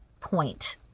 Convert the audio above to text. point